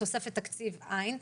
תוספת תקציב - אין.